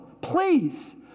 Please